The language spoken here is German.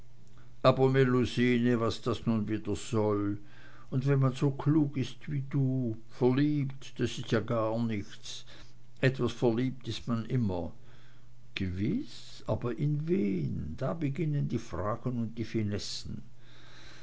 was das nun wieder soll und wenn man so klug ist wie du verliebt das ist ja gar nichts etwas verliebt ist man immer gewiß aber in wen da beginnen die fragen und die finessen